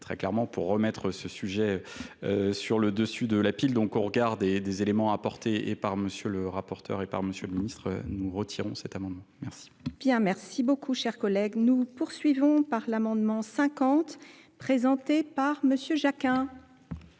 très clairement pour remettre sujet, euh sur le dessus de la pile. Donc on regarde des éléments apportés par M. le rapporteur et par M. le ministre, nous retirons cet amendement. ci. beaucoup, chers collègues, nous poursuivons par l'amendement 50 présenté par M. Jacquin,